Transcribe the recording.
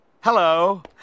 Hello